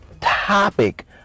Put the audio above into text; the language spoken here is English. topic